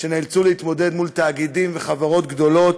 שנאלצו להתמודד עם תאגידים וחברות גדולות.